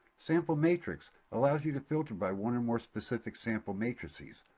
sample matrix allows you to filter by one or more specific sample matrices.